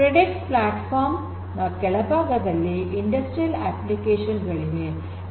Predix platform ನ ಕೆಳಭಾಗದಲ್ಲಿ industrial application ಗಳಿವೆ